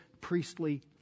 priestly